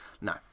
no